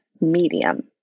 medium